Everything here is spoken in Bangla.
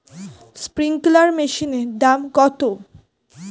স্প্রিংকলার মেশিনের দাম কত?